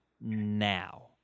now